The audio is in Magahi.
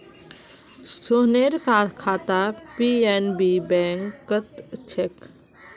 सोहनेर खाता पी.एन.बी बैंकत छेक